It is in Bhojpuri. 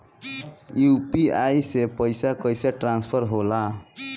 यू.पी.आई से पैसा कैसे ट्रांसफर होला?